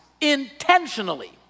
intentionally